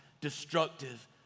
destructive